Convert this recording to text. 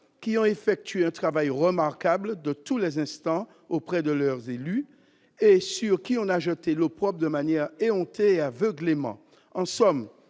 qui ont accompli un travail remarquable de tous les instants auprès de leur élu et sur lesquels on a jeté l'opprobre de manière éhontée et aveuglément.